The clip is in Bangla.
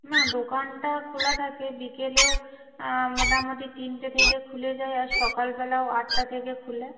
না দোকানটা খোলা থাকে বিকেলেও মোটামুটি তিনটে থেকে খুলে যায় আর সকালবেলাও আটটা থেকে খোলে